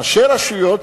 ראשי רשויות,